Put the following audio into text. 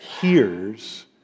hears